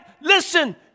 Listen